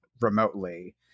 remotely